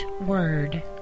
word